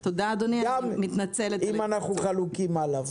גם אם אנחנו חלוקים עליו.